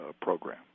program